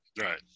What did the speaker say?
Right